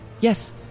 Yes